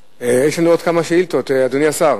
יש לנו עוד כמה שאילתות, אדוני השר.